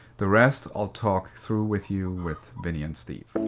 the rest i'll talk through with you with vinny and steve.